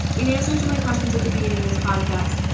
in answer to my questions at the beginning of this podcast,